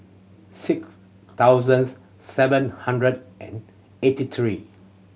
six thousands seven hundred and eighty three